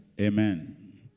Amen